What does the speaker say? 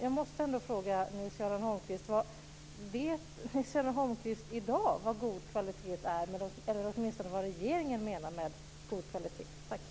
Jag måste ändå fråga Nils Göran Holmqvist: Vet Nils-Göran Holmqvist i dag vad god kvalitet är, eller åtminstone vad regeringen menar med god kvalitet?